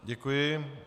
Děkuji.